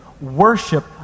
worship